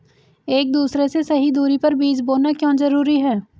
एक दूसरे से सही दूरी पर बीज बोना क्यों जरूरी है?